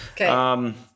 Okay